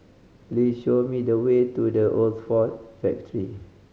please show me the way to The Old Ford Factory